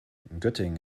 göttingen